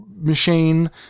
machine